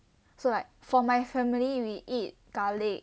so like for my family we eat garlic